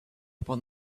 upon